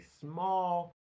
small